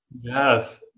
yes